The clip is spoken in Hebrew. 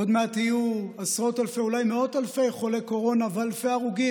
עוד מעט יהיו עשרות אלפי ואולי מאות אלפי חולי קורונה ואלפי הרוגים,